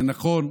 זה נכון,